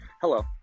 Hello